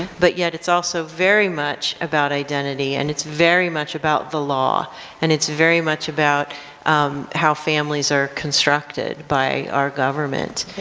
but yet it's also very much about identity and it's very much about the law and it's very much about um how families are constructed by our government. yeah.